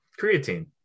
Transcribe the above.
Creatine